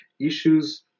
issues